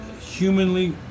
humanly